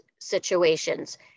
situations